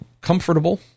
comfortable